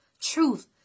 truth